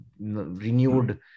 renewed